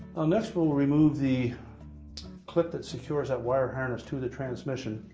ah next, we'll remove the clip that secures that wire harness to the transmission.